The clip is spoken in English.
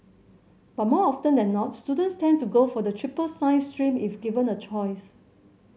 but more often than not students tend to go for the triple science stream if given a choice